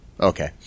Okay